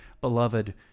beloved